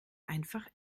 einfach